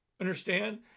understand